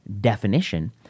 definition